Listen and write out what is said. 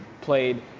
played